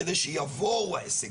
כדי שיבואו ההישגים.